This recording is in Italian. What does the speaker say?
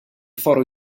foro